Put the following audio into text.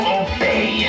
obey